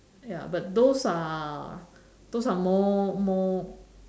ya but those are those are more more